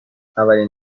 اولین